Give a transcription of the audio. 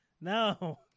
No